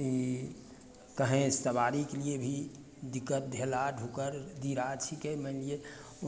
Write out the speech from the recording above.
ई कहेँ सवारीके लिए भी दिक्कत भेला ओकर दियेरा छिकै मानि लियै